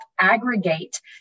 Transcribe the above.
aggregate